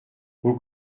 vous